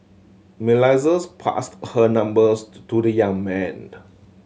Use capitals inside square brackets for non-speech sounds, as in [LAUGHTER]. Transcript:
[UNINTELLIGIBLE] passed her numbers to the young man